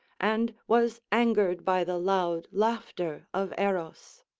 and was angered by the loud laughter of eros.